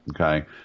okay